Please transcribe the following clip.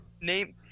name